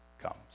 comes